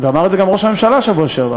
ואמר את זה גם ראש הממשלה בשבוע שעבר,